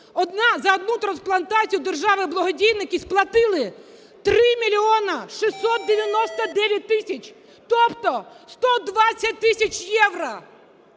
За одну трансплантацію державі благодійники сплатили 3 мільйона 699 тисяч, тобто 120 тисяч євро!